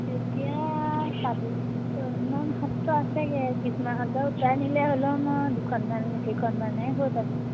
এতিয়া ছাব্বিছখনমান সত্ৰ আছেগৈ কিছুমান সত্ৰ উটুৱাই নিলে হ'লেও মই দুখনমান কেইখনমানহে গৈ পাইছোঁ